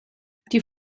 die